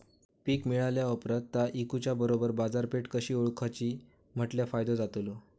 पीक मिळाल्या ऑप्रात ता इकुच्या बरोबर बाजारपेठ कशी ओळखाची म्हटल्या फायदो जातलो?